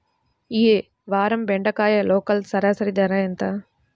ఈ వారం బెండకాయ లోకల్ సరాసరి ధర ఎంత?